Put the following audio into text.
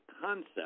concept